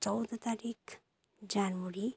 चौध तारिक जनवरी